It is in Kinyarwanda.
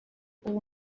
ubu